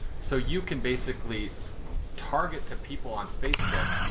so you can basically target to people on facebook,